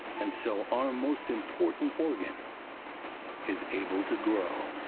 and so our most important organ is able to grow.